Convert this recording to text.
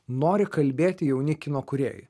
nori kalbėti jauni kino kūrėjai